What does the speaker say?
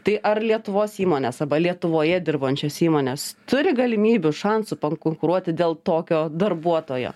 tai ar lietuvos įmonės arba lietuvoje dirbančios įmonės turi galimybių šansų pakonkuruoti dėl tokio darbuotojo